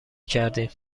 کردیم